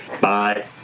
Bye